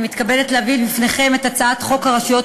אני מתכבדת להביא בפניכם את הצעת חוק הרשויות